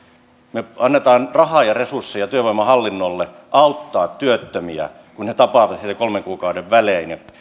me annamme rahaa ja resursseja työvoimahallinnolle auttaa työttömiä kun he tapaavat heitä kolmen kuukauden välein ja